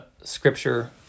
scripture